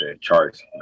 charts